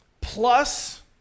plus